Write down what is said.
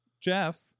Jeff